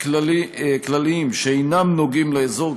כלליות שאינן נוגעות לאזור,